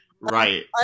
right